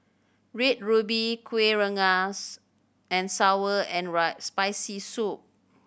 Red Ruby Kueh Rengas and sour and Spicy Soup